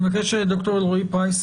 אני מבקש, ד"ר אלרעי-פרייס